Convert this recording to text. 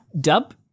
Dub